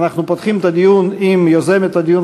אנחנו פותחים את הדיון עם יוזמת הדיון,